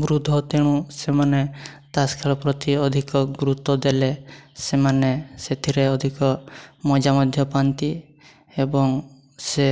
ବୃଦ୍ଧ ତେଣୁ ସେମାନେ ତାସ୍ ଖେଳ ପ୍ରତି ଅଧିକ ଗୁରୁତ୍ୱ ଦେଲେ ସେମାନେ ସେଥିରେ ଅଧିକ ମଜା ମଧ୍ୟ ପାଆନ୍ତି ଏବଂ ସେ